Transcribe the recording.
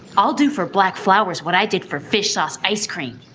i'll do for black flowers. what i did for fish sauce. ice cream.